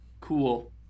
Cool